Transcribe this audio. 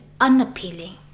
unappealing